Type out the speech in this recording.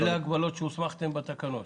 אלה הגבלות שהוסמכתם בתקנות?